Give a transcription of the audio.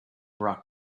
rock